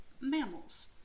mammals